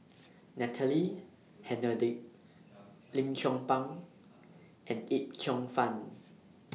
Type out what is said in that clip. Natalie Hennedige Lim Chong Pang and Yip Cheong Fun